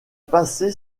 passé